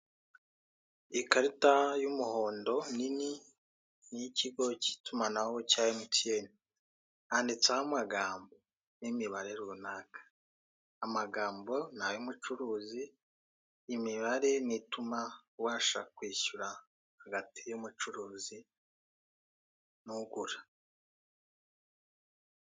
Ikarita y'umuhondo nini ni iy'ikigo cy'itumanaho cya emutiyeni, handitseho amagambo n'imibare runaka. Amagambo ni ay'umucuruzi, imibare ni ituma ubasha kwishyura hagati y'umucuruzi n'ugura.